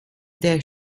der